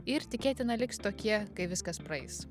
ir tikėtina liks tokie kai viskas praeis